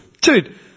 Dude